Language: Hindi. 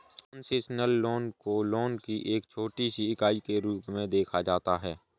कोन्सेसनल लोन को लोन की एक छोटी सी इकाई के रूप में देखा जाता है